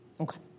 Okay